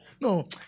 No